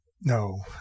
no